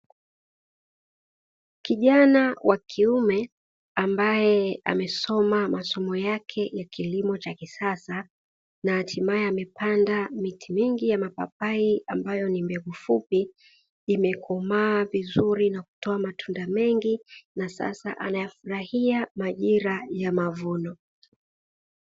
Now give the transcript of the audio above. Kijana wa kiume ambaye amesoma masomo yake ya kilimo cha kisasa na hatimaye amepanda miti mingi ya mapapai ambayo ni mbegu fupi imekomaa vizuri na kutoa matunda mengi, na sasa anafurahia majira ya mavuno.